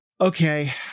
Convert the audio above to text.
okay